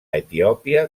etiòpia